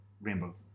rainbow